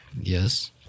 Yes